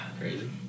crazy